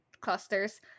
clusters